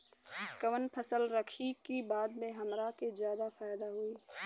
कवन फसल रखी कि बाद में हमरा के ज्यादा फायदा होयी?